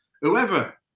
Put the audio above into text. whoever